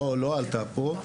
לא עלתה פה,